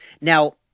Now